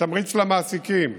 התמריץ למעסיקים.